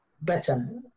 better